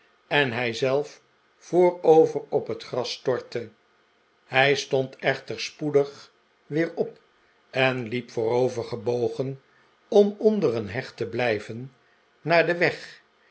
en hij zelf voorover op het gras stortte hij stond echter spoedig weer op en liep voorovergebogen om onder een heg te blijven naar den weg